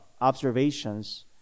observations